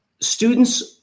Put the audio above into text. students